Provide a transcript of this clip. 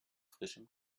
frischem